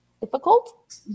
difficult